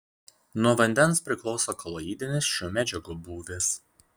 nuo vandens priklauso koloidinis šių medžiagų būvis